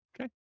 Okay